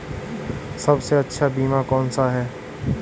सबसे अच्छा बीमा कौनसा है?